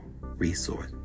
resource